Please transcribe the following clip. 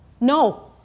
no